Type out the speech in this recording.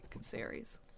series